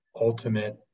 ultimate